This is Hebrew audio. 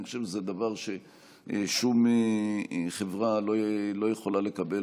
אני חושב שזה דבר ששום חברה לא יכולה לקבל.